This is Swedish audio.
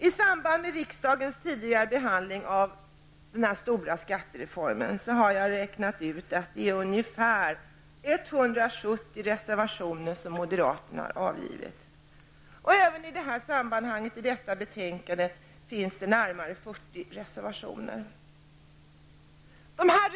I samband med riksdagens tidigare behandling av den stora skattereformen har moderaterna -- så har jag räknat ut det -- avgivit ungefär 170 reservationer. Även till dagens betänkande finns närmare 40 reservationer fogade.